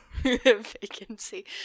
vacancy